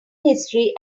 history